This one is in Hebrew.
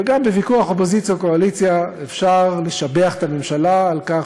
וגם בוויכוח אופוזיציה קואליציה אפשר לשבח את הממשלה על כך